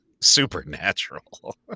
Supernatural